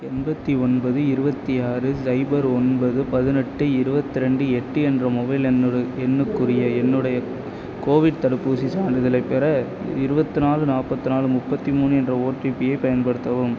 எண்பத்து ஒன்பது இருபத்தி ஆறு சைபர் ஒன்பது பதினெட்டு இருபத் ரெண்டு எட்டு என்ற மொபைல் எண்ணுரு எண்ணுக்குரிய என்னுடைய கோவிட் தடுப்பூசிச் சான்றிதழைப் பெற இருபத்தி நாலு நாற்பத்தி நாலு முப்பத்து மூணு என்ற ஓடிபியை பயன்படுத்தவும்